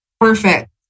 perfect